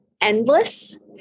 endless